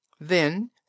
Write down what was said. Then